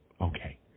Okay